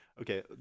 Okay